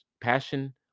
Passion